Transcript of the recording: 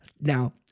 Now